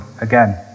again